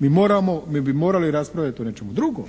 mi bi morali raspravljati o nečemu drugom.